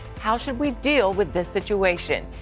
how should we deal with this situation?